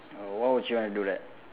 oh why would you want to do that